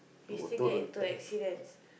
you still get into accidents